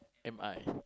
M I